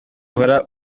uhora